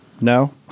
no